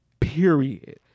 Period